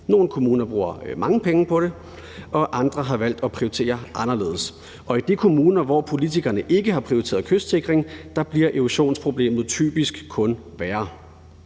Nogle kommuner bruger mange penge på det, og andre har valgt at prioritere anderledes. Og i de kommuner, hvor politikerne ikke har prioriteret kystsikring, bliver erosionsproblemet typisk kun værre.